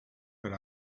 but